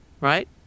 right